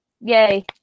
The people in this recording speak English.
yay